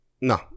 No